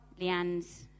Leanne's